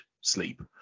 sleep